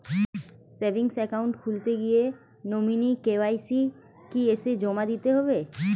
Savings account খুলতে গিয়ে nominee KYC কি এসে জমা দিতে হবে?